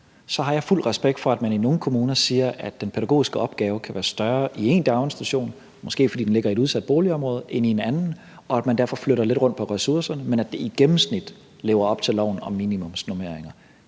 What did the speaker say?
Så har jeg fuld respekt for, at man i nogle kommuner siger, at den pædagogiske opgave kan være større i én daginstitution, måske fordi den ligger i et udsat boligområde, end i en anden, og at man derfor flytter lidt rundt på ressourcerne, men at det i gennemsnit lever op til loven om minimumsnormeringer.